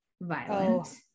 violent